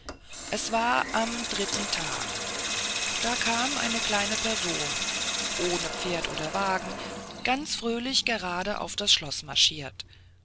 es war am dritten tag da kam eine kleine person ohne pferd oder wagen ganz fröhlich gerade auf das schloß marschiert